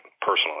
personally